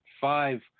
five